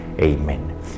Amen